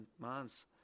months